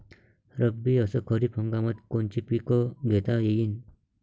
रब्बी अस खरीप हंगामात कोनचे पिकं घेता येईन?